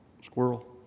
Squirrel